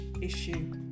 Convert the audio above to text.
issue